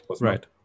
right